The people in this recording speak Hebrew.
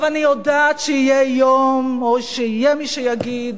אני יודעת שיהיה מי שיגיד